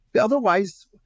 Otherwise